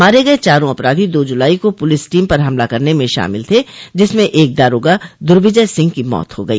मारे गये चारों अपराधी दो जुलाई को पुलिस टीम पर हमला करने में शामिल थे जिसमें एक दारोगा दुर्विजय सिंह की मौत हो गई